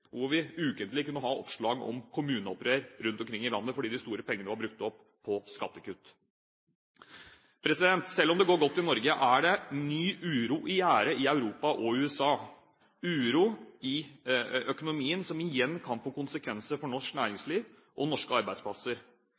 og hvor vi ukentlig kunne ha oppslag om kommuneopprør rundt omkring i landet, fordi de store pengene var brukt opp på skattekutt. Selv om det går godt i Norge, er det ny uro i gjære i Europa og USA – uro i økonomien som igjen kan få konsekvenser for norsk næringsliv og norske arbeidsplasser.